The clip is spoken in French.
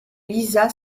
lisa